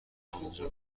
آنجا